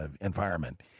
environment